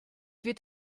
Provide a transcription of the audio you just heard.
wird